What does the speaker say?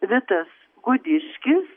vitas gudiškis